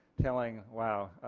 telling, well,